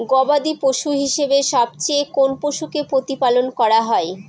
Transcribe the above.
গবাদী পশু হিসেবে সবচেয়ে কোন পশুকে প্রতিপালন করা হয়?